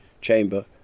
chamber